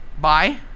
Bye